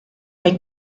hay